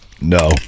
No